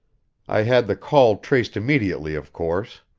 i had the call traced immediately, of course.